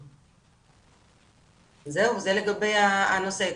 זה לגבי הנושא.